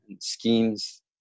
schemes